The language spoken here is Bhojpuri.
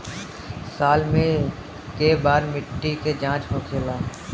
साल मे केए बार मिट्टी के जाँच होखेला?